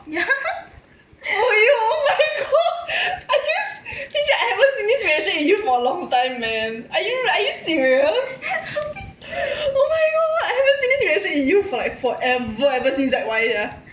oh eh oh my gosh I guess P_J I haven't seen this reaction in you for a long time man are you are you serious oh my god I haven't seen this reaction in you for like forever ever since z y sia